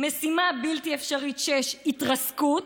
משימה בלתי אפשרית 6: התרסקות,